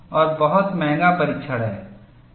और बहुत महंगा परीक्षण हैं